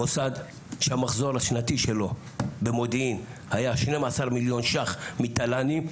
מוסד שהמחזור השנתי שלו במודיעין היה 12 מיליון ש"ח מתל"נים,